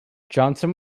johnson